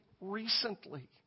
recently